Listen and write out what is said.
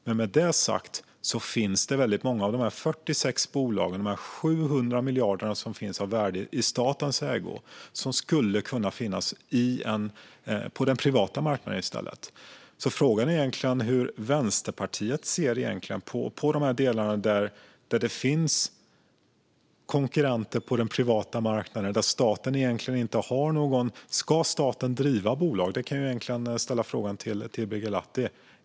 Men med det sagt är det väldigt många av de här 46 bolagen och de här 700 miljarderna som nu är i statens ägo som i stället skulle kunna finnas på den privata marknaden. Frågan är egentligen hur Vänsterpartiet ser på de delar där det finns konkurrenter på den privata marknaden. Ska staten driva bolag? Jag kan ställa den frågan till Birger Lahti.